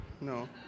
No